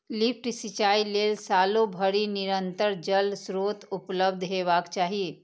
lift सिंचाइ लेल सालो भरि निरंतर जल स्रोत उपलब्ध हेबाक चाही